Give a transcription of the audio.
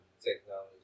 technology